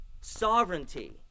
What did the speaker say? Sovereignty